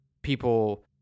people